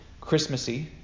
Christmassy